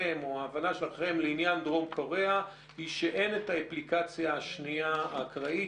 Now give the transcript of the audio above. שלכם לעניין דרום קוריאה היא שאין את האפליקציה השנייה האקראית,